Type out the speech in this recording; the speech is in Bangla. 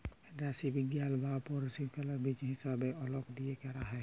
রাশিবিজ্ঞাল বা পরিসংখ্যাল হিছাবে অংক দিয়ে ক্যরা হ্যয়